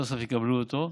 סוף-סוף יקבלו אותו.